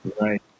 Right